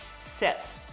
sets